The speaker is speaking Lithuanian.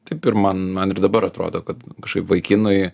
taip ir man man ir dabar atrodo kad kažkaip vaikinui